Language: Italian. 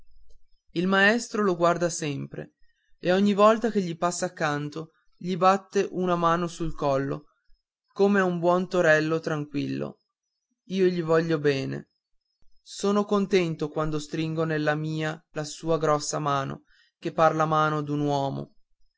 il maestro lo guarda sempre e ogni volta che gli passa accanto gli batte la mano sul collo come a un buon torello tranquillo io gli voglio bene son contento quando stringo nella mia la sua grossa mano che par la mano d'un uomo